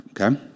Okay